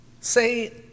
say